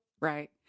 Right